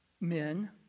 men